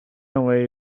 away